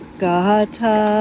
gata